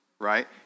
right